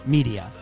Media